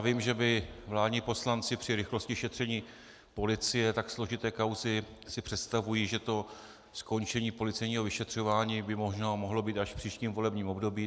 Vím, že vládní poslanci při rychlosti šetření policie tak složité kauzy si představují, že to skončení policejního vyšetřování by možná mohlo být až v příštím volebním období.